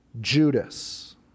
Judas